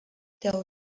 dėl